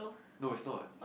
no it's not